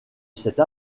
cette